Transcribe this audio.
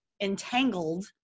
entangled